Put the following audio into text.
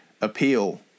appeal